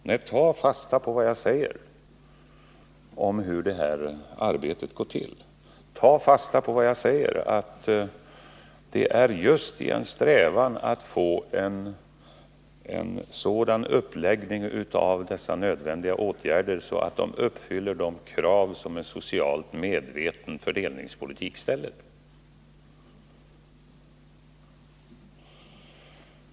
Nej, tag fasta på, Lars Werner, vad jag säger om hur arbetet går till. Tag fasta på vad jag säger, att vår strävan är att få en sådan uppläggning av dessa nödvändiga åtgärder att de uppfyller de krav som en socialt medveten fördelningspolitik ställer.